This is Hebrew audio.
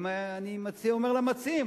אני אומר למציעים,